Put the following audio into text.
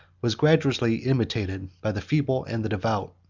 was gradually imitated by the feeble and the devout,